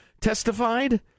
testified